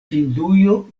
hindujo